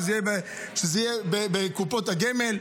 שזה יהיה בקופות הגמל,